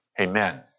Amen